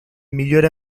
migliore